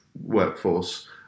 Workforce